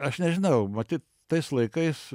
aš nežinau matyt tais laikais